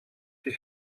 die